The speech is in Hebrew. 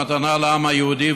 מתנה לעם היהודי,